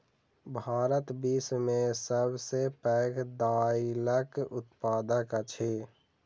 भारत विश्व में सब सॅ पैघ दाइलक उत्पादक अछि